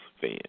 fan